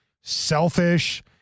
selfish